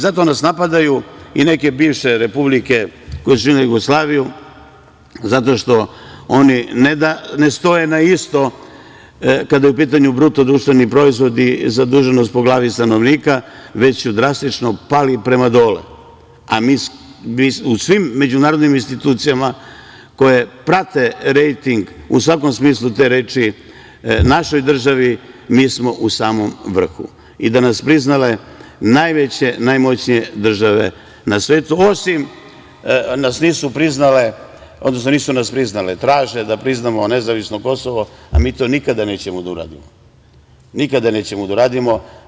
Zato nas i napadaju i neke bivše republike koje su činile Jugoslaviju, zato što oni ne da ne stoje na isto, kada je u pitanju BDP, zaduženost po glavi stanovnika, već su drastično pali prema dole, a mi u svim međunarodnim institucijama koje prate rejting u svakom smislu te reči, našoj državi, mi smo u samom vrhu i da su nas priznale najveće i najmoćnije države na svetu, odnosno što traže da priznamo nezavisno Kosovo, a mi to nikada nećemo da uradimo.